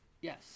Yes